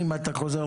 בכבוד.